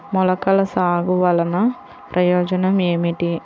మొలకల సాగు వలన ప్రయోజనం ఏమిటీ?